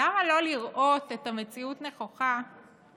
למה לא לראות את המציאות נכוחה ולהבין